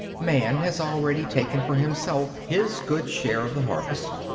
man has already taken for himself his good share of the harvest.